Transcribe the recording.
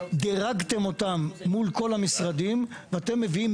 דירגתם אותם מול כל המשרדים ואתם מביאים,